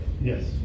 Yes